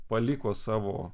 paliko savo